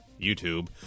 YouTube